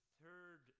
third